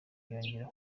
yongera